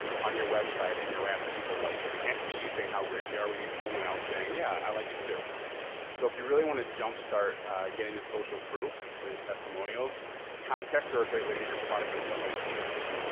on your website and your app that people like it. it can't just be using how great we are. we need someone else saying yeah, i like it, too so, if you really want to jump start getting the social proof or these testimonials contest are a great way to get your product in somebody's hands.